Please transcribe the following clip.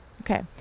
okay